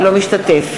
אינו משתתף